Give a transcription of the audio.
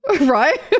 Right